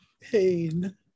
Pain